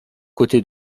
côtés